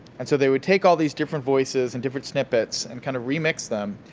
and so, they would take all these different voices and different snippets and kind of remix them,